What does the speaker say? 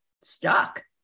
stuck